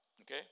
Okay